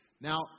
Now